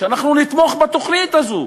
כדי שנתמוך בתוכנית הזאת,